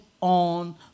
on